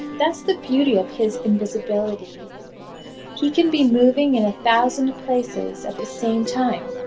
that's the beauty of his invisibility he can be moving in a thousand places at the same time.